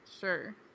Sure